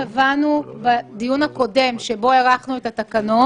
הבנו בדיון הקודם, בדיון שבו הארכנו את התקנות,